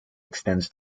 extends